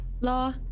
law